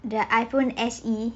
the iphone S_E